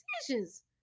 decisions